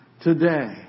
today